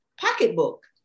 pocketbook